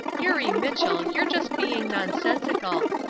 eurie mitchell, you are just being nonsensical!